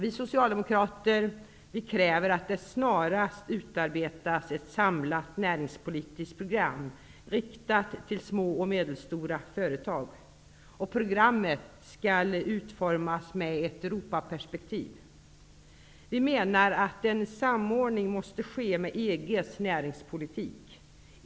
Vi socialdemokrater kräver att det snarast utarbetas ett samlat näringspolitiskt program riktat till små och medelstora företag. Programmet skall utformas med ett Europaperspektiv. Vi menar att en samordning måste ske med EG:s näringspolitik.